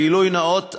גילוי נאות,